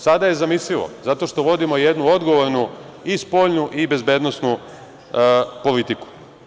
Sada je zamislivo zato što vodimo jednu odgovornu i spoljnu i bezbednosnu politiku.